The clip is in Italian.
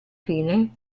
fine